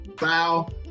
bow